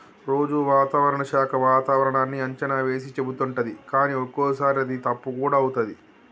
రోజు వాతావరణ శాఖ వాతావరణన్నీ అంచనా వేసి చెపుతుంటది కానీ ఒక్కోసారి అది తప్పు కూడా అవుతది